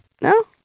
no